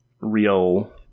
real